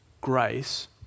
grace